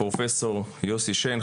פרופ' יוסי שיין,